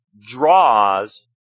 draws